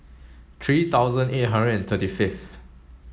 three thousand eight hundred and thirty fifth